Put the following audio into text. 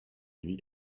nuit